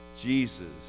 Jesus